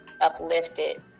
uplifted